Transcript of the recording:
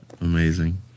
amazing